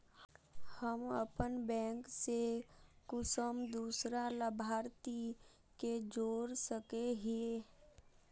हम अपन बैंक से कुंसम दूसरा लाभारती के जोड़ सके हिय?